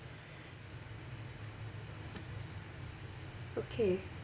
okay